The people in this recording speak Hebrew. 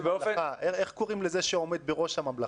איך קוראים לזה שעומד בראש הממלכה?